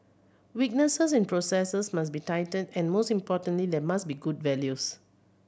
weaknesses in processes must be tightened and most importantly there must be good values